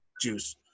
juice